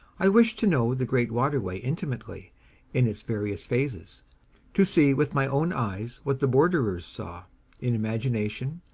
i wished to know the great waterway intimately in its various phases to see with my own eyes what the borderers saw in imagination,